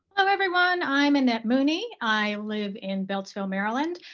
hello, everyone. i'm annette mooney. i live in beltsville, maryland.